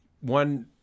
one